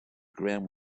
ground